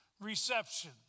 Reception